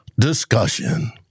discussion